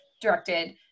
directed